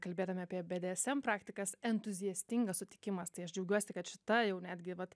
kalbėdami apie bdsm praktikas entuziastingas sutikimas tai aš džiaugiuosi kad šita jau netgi vat